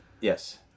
Yes